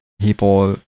people